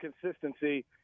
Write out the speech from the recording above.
consistency